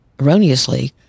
erroneously